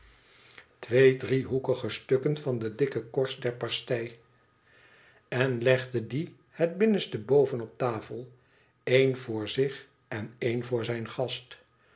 twee driehoekige stukken van de dikke korst der pastei en legde die het binnenste boven op de tafel een voor zich en een voor zijn gast